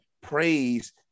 praise